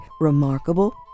remarkable